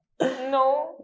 no